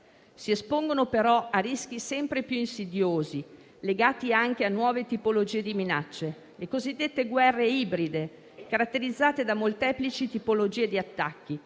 Si espongono però a rischi sempre più insidiosi, legati anche a nuove tipologie di minacce, le cosiddette guerre ibride, caratterizzate da molteplici tipologie di attacchi